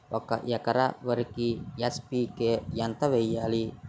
ఒక ఎకర వరికి ఎన్.పి కే ఎంత వేయాలి?